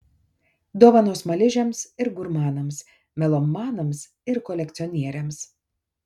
dovanos smaližiams ir gurmanams melomanams ir kolekcionieriams